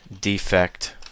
defect